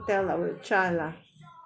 tell our child lah